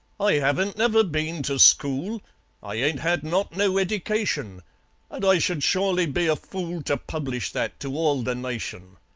i haven't never been to school i ain't had not no eddication and i should surely be a fool to publish that to all the nation!